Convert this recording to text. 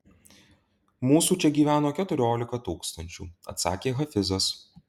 mūsų čia gyveno keturiolika tūkstančių atsakė hafizas